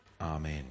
amen